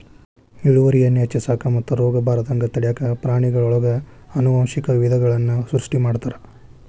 ಇಳುವರಿಯನ್ನ ಹೆಚ್ಚಿಸಾಕ ಮತ್ತು ರೋಗಬಾರದಂಗ ತಡ್ಯಾಕ ಪ್ರಾಣಿಗಳೊಳಗ ಆನುವಂಶಿಕ ವಿಧಗಳನ್ನ ಸೃಷ್ಟಿ ಮಾಡ್ತಾರ